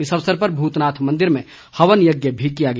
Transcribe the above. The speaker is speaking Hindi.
इस अवसर पर भूतनाथ मंदिर में हवन यज्ञ भी किया गया